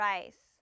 Rice